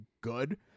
good